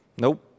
Nope